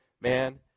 man